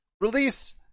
release